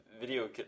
Video